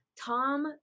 tom